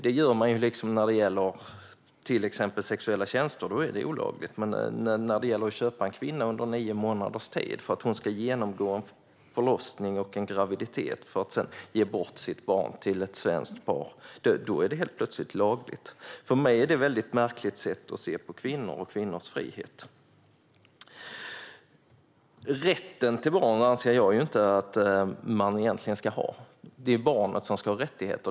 Det gör man ju när det gäller till exempel sexuella tjänster. Då är det olagligt. Men när det gäller att köpa en kvinna under nio månaders tid för att hon ska genomgå graviditet och förlossning för att sedan ge bort sitt barn till ett svenskt par är det helt plötsligt lagligt. För mig är det ett märkligt sätt att se på kvinnor och kvinnors frihet. Rätten till barn anser jag inte att man egentligen ska ha. Det är barnet som ska ha rättigheter.